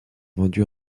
vendus